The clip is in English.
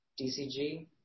DCG